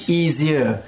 easier